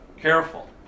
careful